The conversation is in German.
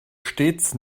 stets